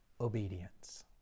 obedience